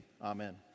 Amen